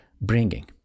bringing